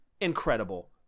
Incredible